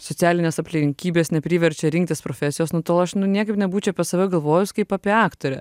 socialinės aplinkybės nepriverčia rinktis profesijos nu tol aš nu niekaip nebūčia apie save galvojus kaip apie aktorę